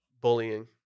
bullying